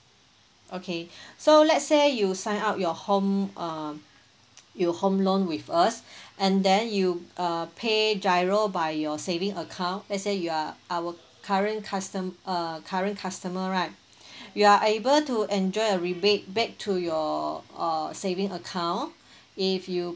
okay so let say you sign up your home uh your home loan with us and then you uh pay GIRO by your saving account let say you are our current custom uh current customer right you are able to enjoy a rebate back to your err saving account if you